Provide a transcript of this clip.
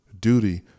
duty